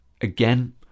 again